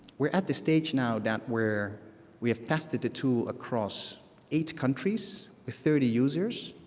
we're at the stage now that we're we have tested the tool across eight countries with thirty users.